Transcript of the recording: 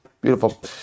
Beautiful